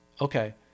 Okay